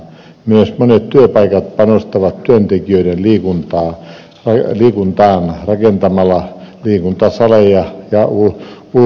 myös monet työpaikat panostavat työntekijöiden liikuntaan rakentamalla liikuntasaleja ja ulkoliikuntatiloja